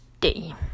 day